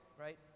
right